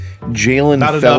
jalen